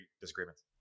disagreements